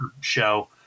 show